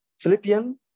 Philippians